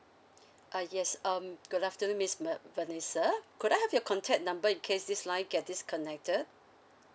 uh yes um good afternoon miss va~ vanessa could I have your contact number in case this line get disconnected